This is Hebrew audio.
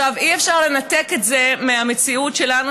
אי-אפשר לנתק את זה מהמציאות שלנו,